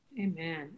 Amen